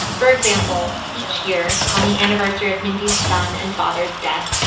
for example, each year on the anniversary of mindy's son and father's death,